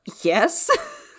Yes